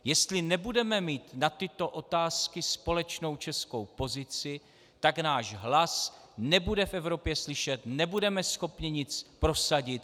Jestli nebudeme mít na tyto otázky společnou českou pozici, tak náš hlas nebude v Evropě slyšet, nebudeme schopni nic prosadit.